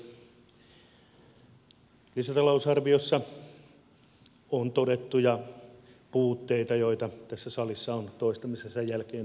lisätalousarviossa on todettuja puutteita joita tässä salissa on toistamisensa jälkeen toistettu